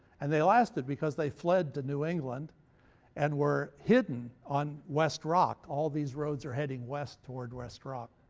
and they lasted because they fled to new england and were hidden on west rock. all these roads are heading west toward west rock.